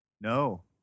No